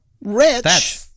rich